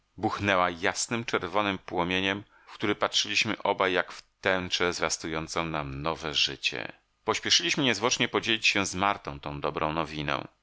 buchnęła jasnym czerwonym płomieniem w który patrzyliśmy obaj jak w tęczę zwiastującą nam nowe życie pospieszyliśmy niezwłocznie podzielić się z martą tą dobrą nowiną